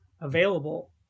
available